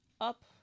up